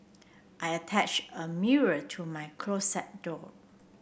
I attached a mirror to my closet door